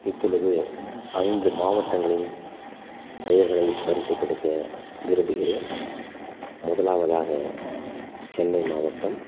இப்பொழுது ஐந்து மாவட்டங்களின் பெயர்களை வரிசை படுத்த விரும்புகிறேன் முதலாவதாக சென்னை மாவட்டம்